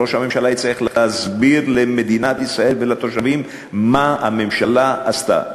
ראש הממשלה יצטרך להסביר למדינת ישראל ולתושבים מה הממשלה עשתה,